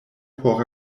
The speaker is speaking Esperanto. por